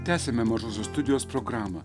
tęsiame mažosios studijos programą